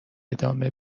ادامه